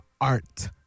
art